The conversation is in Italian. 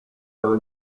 della